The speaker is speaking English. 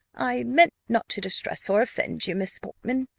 i meant not to distress or offend you, miss portman,